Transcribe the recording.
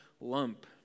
lump